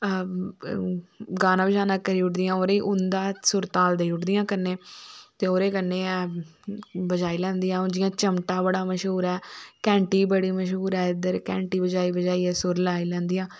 गाना भजाना करी ओड़दियां कन्नै उंदा सुरताल देई ओड़दियां कन्नै ते ओहदे कन्नै गै बजाई लैंदियां जियां चमटा बड़ा मश्हूर ऐ घैंटी बड़ी मश्हूर ऐ इद्धर घैंटी बजाई बजाई सुर लाई लैंदियां